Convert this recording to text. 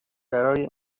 برای